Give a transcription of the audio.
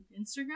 Instagram